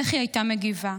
איך היא הייתה מגיבה.